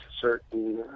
certain